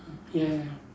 ya ya